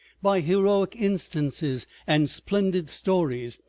by heroic instances and splendid stories,